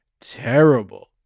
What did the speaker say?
terrible